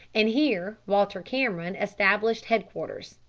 and here walter cameron established head-quarters.